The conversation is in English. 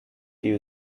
you